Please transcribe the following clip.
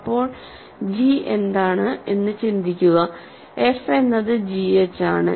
ഇപ്പോൾ g എന്താണ് എന്ന് ചിന്തിക്കുക f എന്നത് g h ആണ്